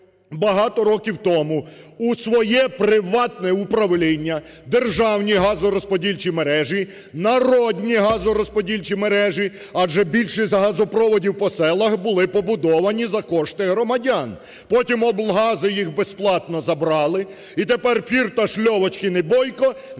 багато років тому в своє приватне управління державні газорозподільчі мережі, народні газорозподільчі мережі, адже більшість газопроводів по селах були побудовані за кошти громадян. Потім облгази їх безплатно забрали, і тепер Фірташ, Льовочкін і Бойко ними